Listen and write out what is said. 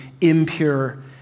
impure